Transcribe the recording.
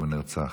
והוא נרצח.